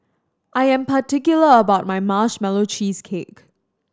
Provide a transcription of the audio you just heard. I am particular about my Marshmallow Cheesecake